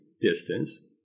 distance